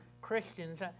Christians